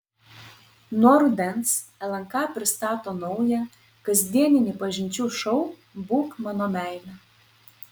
nuo rudens lnk pristato naują kasdieninį pažinčių šou būk mano meile